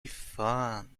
fun